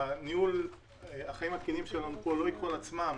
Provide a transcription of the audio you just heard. ניהול החיים התקינים שלנו פה לא ייקחו על עצמם